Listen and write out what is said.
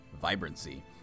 Vibrancy